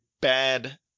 bad